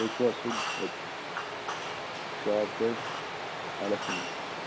تۅہہِ چھُوا سُہ شاپ چھُ اَسہِ اَڈس منٛز